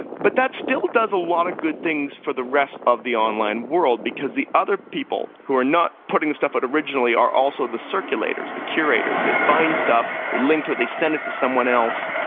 but that still does a lot of good things for the rest of the online world because the other people who are not putting stuff out originally are also the circulators, the curators, they find stuff, they link to it, they send it to someone else,